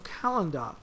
calendar